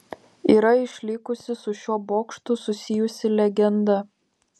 yra išlikusi su šiuo bokštu susijusi legenda